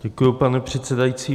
Děkuji, pane předsedající.